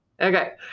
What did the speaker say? Okay